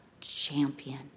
champion